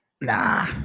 Nah